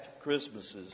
Christmases